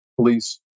police